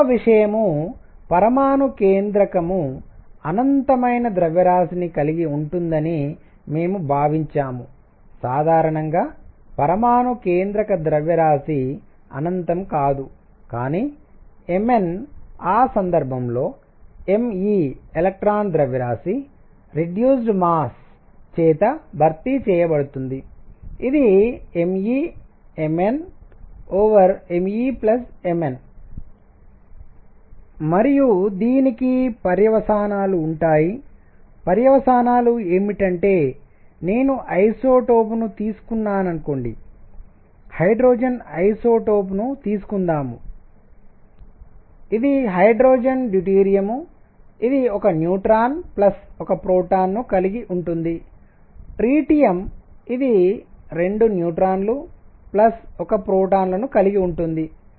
రెండవ విషయం పరమాణు కేంద్రకం అనంతమైన ద్రవ్యరాశిని కలిగి ఉంటుందని మేము భావించాము సాధారణంగా పరమాణు కేంద్రక ద్రవ్యరాశి అనంతం కాదు కానీ Mn ఆ సందర్భంలో m e ఎలక్ట్రాన్ ద్రవ్యరాశి రెడ్యూస్డ్ మాస్ లఘుకరణ ద్రవ్యరాశి చేత భర్తీ చేయబడుతుంది ఇది me Mn మరియు దీనికి పర్యవసానాలు ఉంటాయి పర్యవసానాలు ఏమిటంటే నేను ఐసోటోప్ ను తీసుకున్నాననుకోండి హైడ్రోజన్ ఐసోటోప్ ను తీసుకుందాం ఇవి హైడ్రోజన్ డ్యూటెరియం ఇది 1 న్యూట్రాన్ ప్లస్ 1 ప్రోటాన్ ను కలిగి ఉంటుంది ట్రిటియం ఇది 2 న్యూట్రాన్లు ప్లస్ 1 ప్రోటాన్ లను కలిగి ఉంటుంది